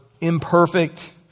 imperfect